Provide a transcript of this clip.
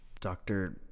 Doctor